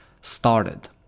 started